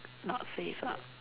not safe ah